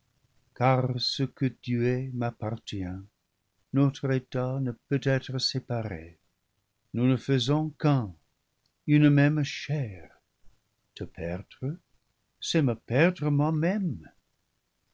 car ce que tu es m'ap partient notre état ne peut être séparé nous ne faisons qu'un une même chair te perdre c'est me perdre moi-même